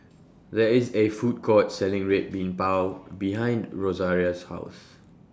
There IS A Food Court Selling Red Bean Bao behind Rosaria's House